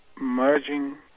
merging